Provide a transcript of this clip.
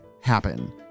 happen